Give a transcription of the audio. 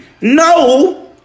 No